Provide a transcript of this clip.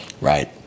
Right